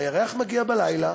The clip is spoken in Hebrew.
הירח מגיע בלילה,